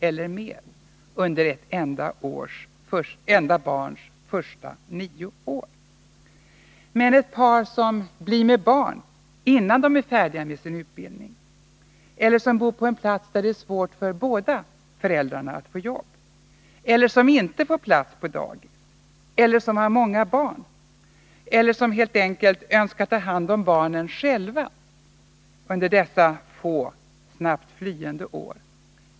eller mer under ett enda barns första nio år men hur går det för ett par som får barn innan de är färdiga med sin utbildning eller som bor på en plats där det är svårt för båda att få jobb eller som inte får plats på dagis eller som har många barn eller som helt enkelt önskar ta hand om barnen själva under dessa få och snabbt flyende år?